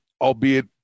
albeit